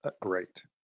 great